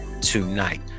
tonight